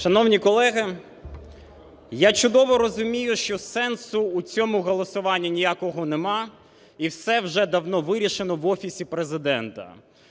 Шановні колеги, я чудово розумію, що сенсу у цьому голосуванні ніякого нема і все вже давно вирішено в Офісі Президента.